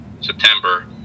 September